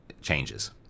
changes